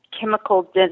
chemical